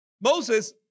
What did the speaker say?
Moses